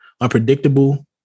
unpredictable